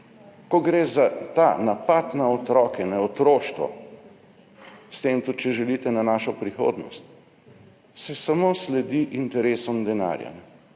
ko gre za ta napad na otroke, na otroštvo, s tem tudi, če želite, na našo prihodnost, se samo sledi interesom denarja,